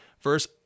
Verse